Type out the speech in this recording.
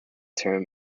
term